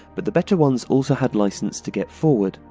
but the better ones also had licence to get forward,